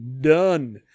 done